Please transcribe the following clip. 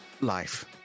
life